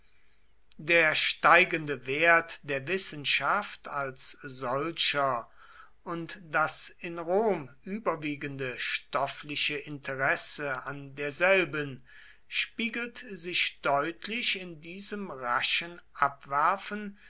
der steigende wert der wissenschaft als solcher und das in rom überwiegende stoffliche interesse an derselben spiegelt sich deutlich in diesem raschen abwerfen